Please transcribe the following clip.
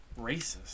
Racist